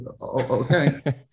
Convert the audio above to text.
okay